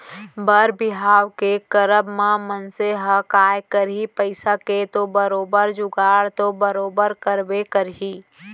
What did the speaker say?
बर बिहाव के करब म मनसे ह काय करही पइसा के तो बरोबर जुगाड़ तो बरोबर करबे करही